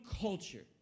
culture